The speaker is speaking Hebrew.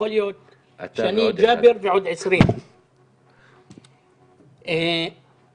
יכול להיות שאני, ג'אבר ועוד 20. אתה ועוד אחד.